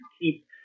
keep